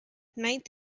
ninth